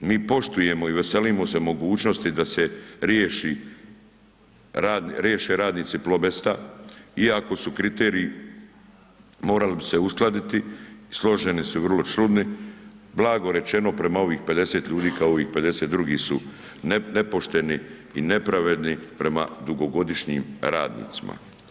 Mi poštujemo i veselimo se mogućnosti da se riješi, riješe radnici Plobesta iako su kriteriji, morali bi se uskladiti i složeni su vrlo čudni, blago rečeno, prema ovih 50 ljudi kao i 50 drugih su nepošteni i nepravedni prema dugogodišnjim radnicima.